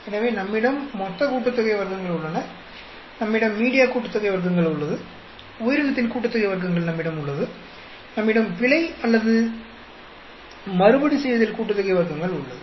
எனவே நம்மிடம் மொத்த கூட்டுத்தொகை வர்க்கங்கள் உள்ளன நம்மிடம் மீடியா கூட்டுத்தொகை வர்க்கங்கள் உள்ளது உயிரினத்தின் கூட்டுத்தொகை வர்க்கங்கள் நம்மிடம் உள்ளது நம்மிடம் பிழை அல்லது மறுபடிசெய்தல் கூட்டுத்தொகை வர்க்கங்கள் உள்ளது